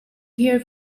hear